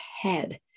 head